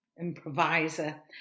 improviser